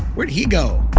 where'd he go?